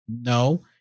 No